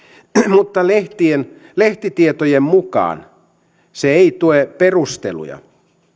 mutta lehtitietojen lehtitietojen mukaan se ei tue perusteluja